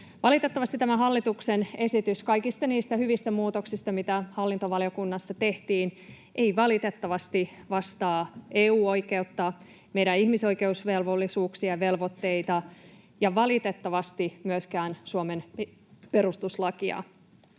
Valitettavasti tämä hallituksen esitys huolimatta kaikista niistä hyvistä muutoksista, mitä hallintovaliokunnassa tehtiin, ei valitettavasti vastaa EU-oikeutta, meidän ihmisoikeusvelvoitteita eikä valitettavasti myöskään Suomen perustuslakia.